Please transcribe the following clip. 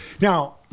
Now